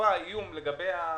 תגובה או איום לגבי הפיצויים,